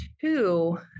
Two